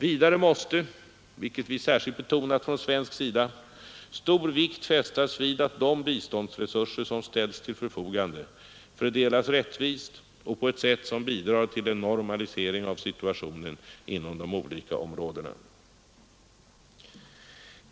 Vidare måste — vilket vi särskilt betonat från svensk sida — stor vikt fästas vid att de biståndsresurser som ställs till förfogande fördelas rättvist och på ett sätt som bidrar till en normalisering av situationen inom de olika områdena.